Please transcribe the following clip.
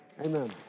Amen